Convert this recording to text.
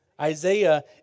Isaiah